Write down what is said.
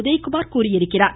உதயகுமார் தெரிவித்துள்ளார்